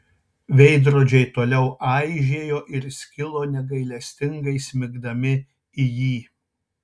veidrodžiai toliau aižėjo ir skilo negailestingai smigdami į jį